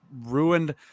ruined